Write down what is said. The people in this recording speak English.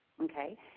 Okay